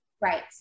Right